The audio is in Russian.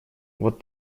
вот